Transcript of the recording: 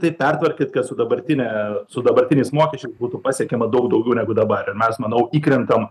taip pertvarkyt kad su dabartine su dabartiniais mokesčiais būtų pasiekiama daug daugiau negu dabar ir mes manau įkrentam